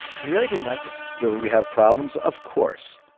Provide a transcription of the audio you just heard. he really didn't like it do we have problems? of course.